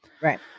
Right